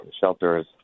shelters